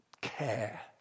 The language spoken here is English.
care